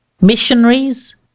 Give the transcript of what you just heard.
Missionaries